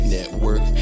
Network